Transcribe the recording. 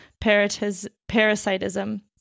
parasitism